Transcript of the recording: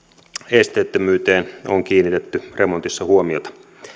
esteettömyyteen on kiinnitetty remontissa huomiota